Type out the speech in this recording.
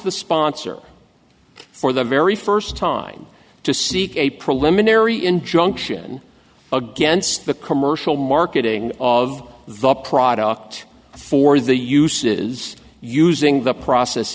the sponsor for the very first time to seek a preliminary injunction against the commercial marketing of the product for the uses using the process